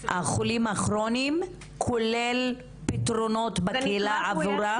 החולים הכרוניים, כולל פתרונות בקהילה עבורם?